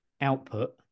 output